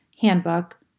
handbook